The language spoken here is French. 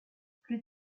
plus